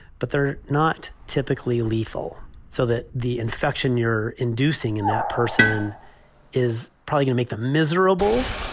but they're not typically lethal so that the infection you're inducing in that person is probably to make them miserable.